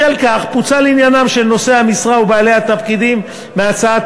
בשל כך פוצל עניינם של נושאי המשרה ובעלי התפקידים מהצעת